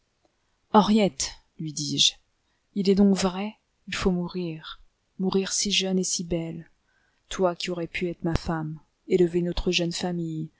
henriette lui dis-je il est donc vrai il faut mourir mourir si jeune et si belle toi qui aurais pu être ma femme élever notre jeune famille